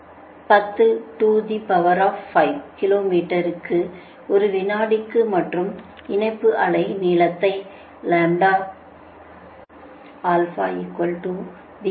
994 பெருக்கல் 10 to the power 5 kilometre ஒரு வினாடிக்கு மற்றும் இணைப்பு அலை நீளத்தைப் பெறும்